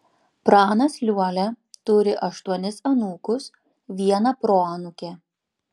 pranas liuolia turi aštuonis anūkus vieną proanūkę